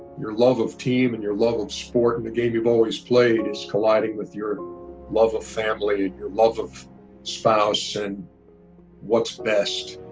your love of team and your love of sport and the game you've always played is colliding with your love of family and your love of spouse and what's best.